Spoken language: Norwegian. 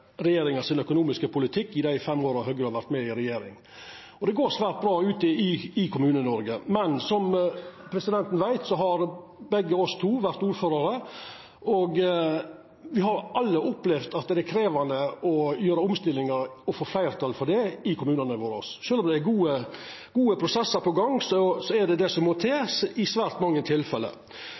regjeringa sin økonomiske politikk i dei fem åra Høgre har vore med i regjering. Det går svært bra ute i Kommune-Noreg. Men som representanten veit – me har begge to vore ordførarar – har me alle opplevd at det har vore krevjande å gjera omstillingar og få fleirtal for det i kommunane. Sjølv om det er gode prosessar på gang, er det det som må til i svært mange tilfelle.